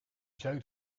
zuid